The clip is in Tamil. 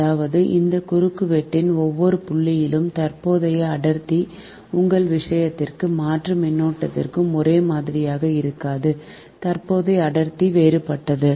அதாவது அந்த குறுக்குவெட்டின் ஒவ்வொரு புள்ளியிலும் தற்போதைய அடர்த்தி உங்கள் விஷயத்திற்கு மாற்று மின்னோட்டத்திற்கு ஒரே மாதிரியாக இருக்காது தற்போதைய அடர்த்தி வேறுபட்டது